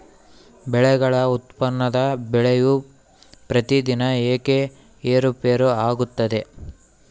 ಬೆಳೆಗಳ ಉತ್ಪನ್ನದ ಬೆಲೆಯು ಪ್ರತಿದಿನ ಏಕೆ ಏರುಪೇರು ಆಗುತ್ತದೆ?